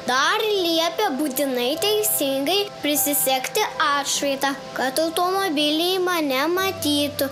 dar liepia būtinai teisingai prisisegti atšvaitą kad automobiliai mane matytų